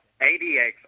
ADX